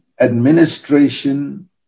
administration